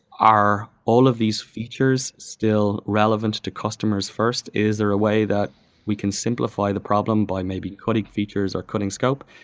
are all of these features still relevant to customers first? is there a way that we can simplify the problem by maybe coding features or coding scope?